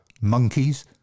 Monkeys